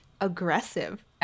aggressive